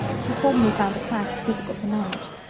she suddenly found the clasp difficult to manage.